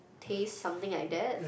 taste something like that